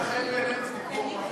ימצא חן בעינינו שתתמוך בחוק.